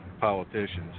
politicians